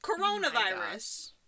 Coronavirus